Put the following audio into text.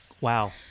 Wow